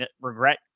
regret